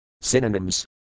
Synonyms